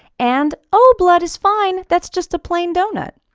and o blood is fine, that's just a plain donut.